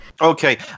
Okay